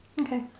Okay